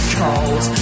cold